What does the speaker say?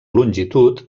longitud